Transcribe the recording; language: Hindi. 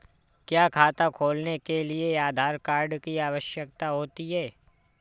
क्या खाता खोलने के लिए आधार कार्ड की आवश्यकता होती है?